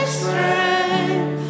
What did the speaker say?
strength